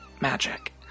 magic